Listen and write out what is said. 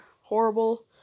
horrible